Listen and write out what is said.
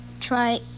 try